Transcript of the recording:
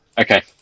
Okay